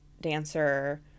dancer